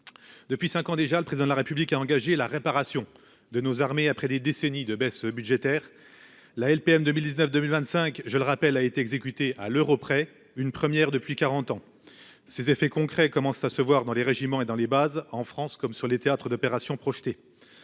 Depuis 5 ans déjà, le président de la République a engagé la réparation de nos armées après des décennies de baisses budgétaires la LPM 2019 2025, je le rappelle, a été exécuté à l'euro près. Une première depuis 40 ans. Ces effets concrets commence à se voir dans les régiments et dans les bases en France comme sur les théâtres d'opérations projetées.